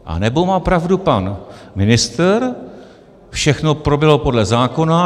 Anebo má pravdu pan ministr, všechno proběhlo podle zákona.